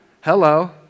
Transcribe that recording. Hello